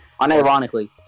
Unironically